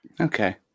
Okay